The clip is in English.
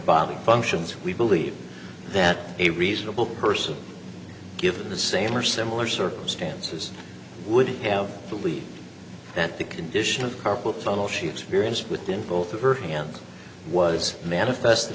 body functions we believe that a reasonable person given the same or similar circumstances would have believe that the condition of carpal tunnel she experienced within both of her hands was manifest